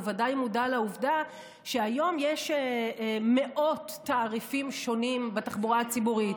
והוא ודאי מודע לעובדה שהיום יש מאות תעריפים שונים בתחבורה הציבורית,